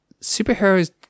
superheroes